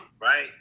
right